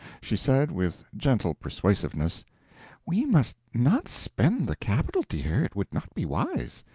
she said, with gentle persuasiveness we must not spend the capital, dear, it would not be wise.